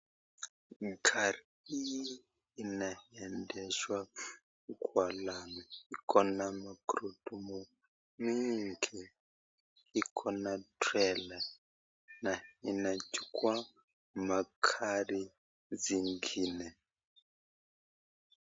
Magari hii inaedeshwa kwa lami, iko na magurumu nyingi iko na trela na inachukua magari zingine.